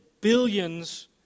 billions